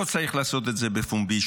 לא צריך לעשות את זה בפומבי,